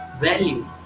Value